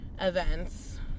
events